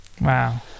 Wow